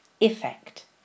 effect